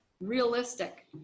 realistic